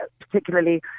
particularly